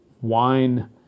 wine